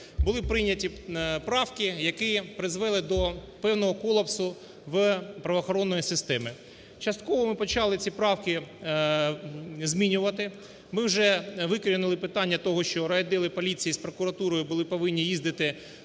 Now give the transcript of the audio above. Були прийняті правки, які призвели до певного колапсу в правоохоронній системі. Частково ми почали ці правки змінювати, ми вже викорінили питання, що райвідділи поліції з прокуратурою повинні були